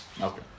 Okay